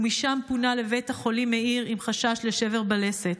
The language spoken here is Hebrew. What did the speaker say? ומשם פונה לבית החולים מאיר עם חשש לשבר בלסת.